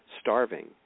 starving